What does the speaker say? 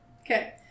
Okay